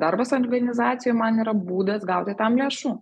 darbas organizacijoj man yra būdas gauti tam lėšų